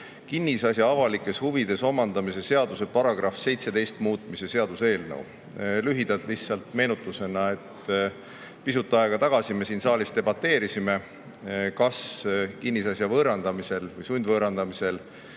kinnisasja avalikes huvides omandamise seaduse ‎§ 17 muutmise seaduse eelnõu. Lühidalt, lihtsalt meenutusena, et pisut aega tagasi me siin saalis debateerisime, kas kinnisasja võõrandamisel või sundvõõrandamisel